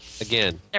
Again